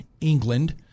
England